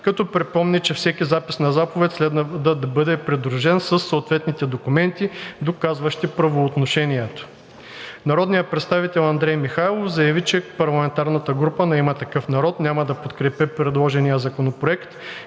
като припомни, че всеки запис на заповед следва да бъде придружен със съответните документи, доказващи правоотношението. Народният представител Андрей Михайлов заяви, че парламентарната група на „Има такъв народ“ няма да подкрепи предложения законопроект,